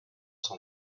son